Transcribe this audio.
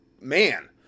man